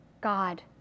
God